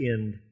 end